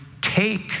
take